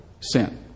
sin